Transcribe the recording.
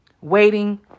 waiting